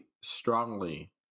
strongly